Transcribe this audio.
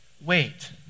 Wait